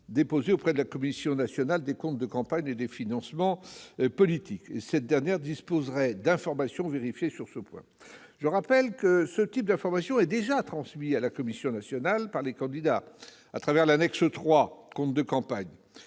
déposés auprès de la Commission nationale des comptes de campagne et des financements politiques. Cette dernière disposerait ainsi d'informations vérifiées sur ce point. Je rappelle que ce type d'informations est déjà transmis à la Commission nationale des comptes de campagne par les candidats, au travers de l'annexe n° 3 au compte de campagne.